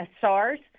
SARS